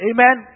Amen